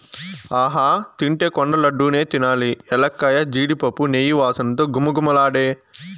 ఆహా తింటే కొండ లడ్డూ నే తినాలి ఎలక్కాయ, జీడిపప్పు, నెయ్యి వాసనతో ఘుమఘుమలాడే